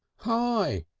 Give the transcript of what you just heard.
hi!